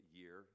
year